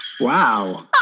wow